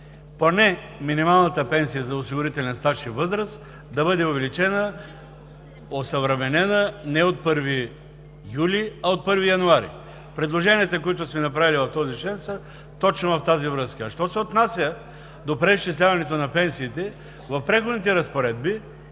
поне минималната пенсия за осигурителен стаж и възраст да бъде увеличена, осъвременена, не от 1 юли, а от 1 януари. Предложенията, които сме направили в този член, са точно в тази връзка. А що се отнася до преизчисляването на пенсиите, в „Преходните разпоредби“